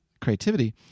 creativity